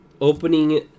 opening